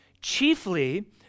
chiefly